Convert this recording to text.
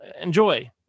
enjoy